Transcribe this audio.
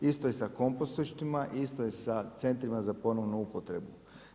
Isto je sa kompostištima, isto je sa centrima za ponovno upotrebu.